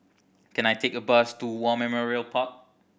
can I take a bus to War Memorial Park